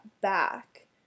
back